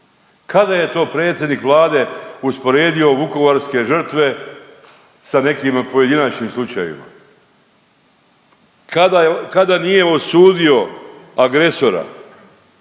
Kada je to predsjednik Vlade usporedio vukovarske žrtve sa nekim pojedinačnim slučajevima? Kada, kada nije osudio agresora?